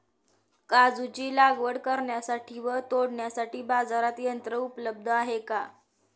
काजूची लागवड करण्यासाठी व तोडण्यासाठी बाजारात यंत्र उपलब्ध आहे का?